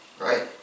Right